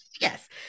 yes